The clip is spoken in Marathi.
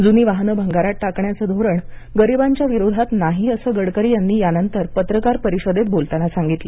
जुनी वाहनं भंगारात टाकण्याचं धोरण गरिबांच्या विरोधात नाही असं गडकरी यांनी यानंतर पत्रकार परिषदेत बोलताना सांगितलं